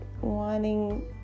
wanting